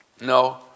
no